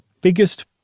biggest